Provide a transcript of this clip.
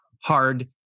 hard